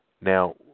now